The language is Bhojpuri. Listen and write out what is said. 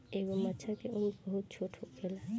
एगो मछर के उम्र बहुत छोट होखेला